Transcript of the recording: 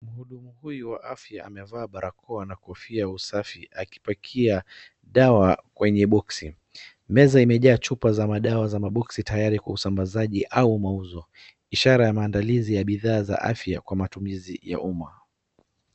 Mhudumu huyu wa afya amevaa barakoa na kofia ya usafi akipakia dawa kwenye boksi. Meza imejaa chupa za madawa za maboksi tayari kwa usambazi au mauzo ishara ya maadalizi ya bidhaa za afya kwa matumizi ya umma.